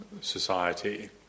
society